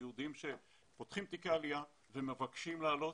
יהודים שפותחים תיקי עלייה ומבקשים לעלות.